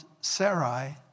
Sarai